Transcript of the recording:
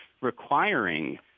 requiring